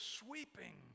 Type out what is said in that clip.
sweeping